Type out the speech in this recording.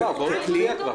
הסתייגות זה כלי.